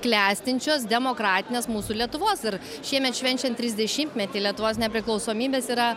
klestinčios demokratinės mūsų lietuvos ir šiemet švenčiant trisdešimtmetį lietuvos nepriklausomybės yra